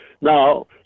Now